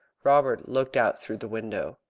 robert looked out through the window.